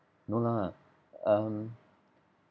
no lah um